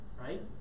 right